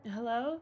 Hello